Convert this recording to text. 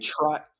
try